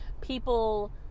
people